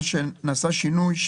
נעשה שינוי.